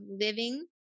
living